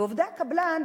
ועובדי הקבלן,